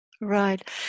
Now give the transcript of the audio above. Right